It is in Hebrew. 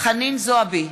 חנין זועבי,